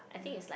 yeah